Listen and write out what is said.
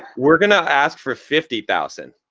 we're gonna ask for fifty thousand.